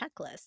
checklist